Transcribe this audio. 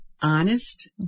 Honest